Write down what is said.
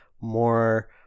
more